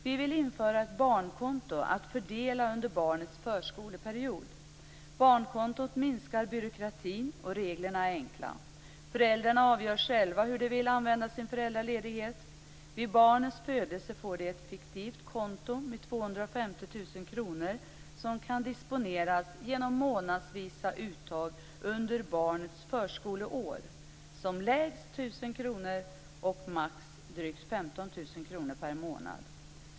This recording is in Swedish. Vi vill införa ett barnkonto att fördela under barnets förskoleperiod. Barnkontot minskar byråkratin, och reglerna är enkla. Föräldrarna avgör själva hur de vill använda sin föräldraledighet. Vid barnets födelse får de ett fiktivt konto med 250 000 kr som kan disponeras genom månadsvisa uttag under barnets förskoleår - lägst 1 000 kr och max drygt 15 000 kr per månad.